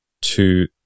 to-